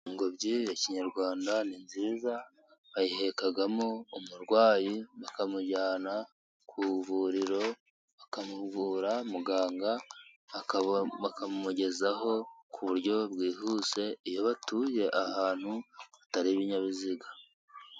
Ingobyi ya kinyarwanda ni nziza bayihekamo umurwayi, bakamujyana ku ivuriro, bakamuvura muganga bakamumugezaho ku buryo bwihuse iyo batuye ahantu hataba ibinyabiziga.